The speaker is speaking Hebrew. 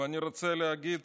ואני רוצה להגיד